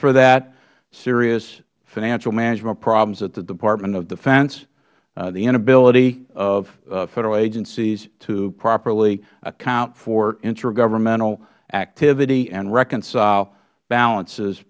for that serious financial management problems at the department of defense the inability of federal agencies to properly account for intragovernmental activity and reconcile balances